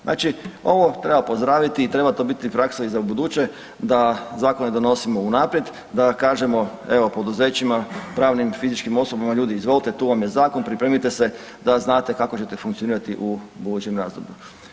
Znači ovo treba pozdraviti to treba biti praksa i za ubuduće da zakone donosimo unaprijed, da kaže evo poduzećima pravnim i fizičkim osobama ljudi izvolite tu vam je zakon, pripremite se da znate kako ćete funkcionirati u budućem razdoblju.